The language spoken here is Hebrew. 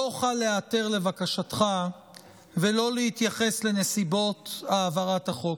לא אוכל להיעתר לבקשתך ולא להתייחס לנסיבות העברת החוק,